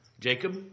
Jacob